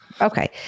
Okay